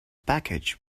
package